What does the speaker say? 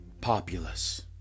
populace